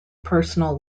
personal